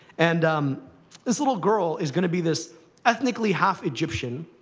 and um this little girl is going to be this ethnically half-egyptian,